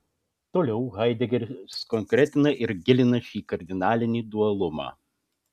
toliau haidegeris konkretina ir gilina šį kardinalinį dualumą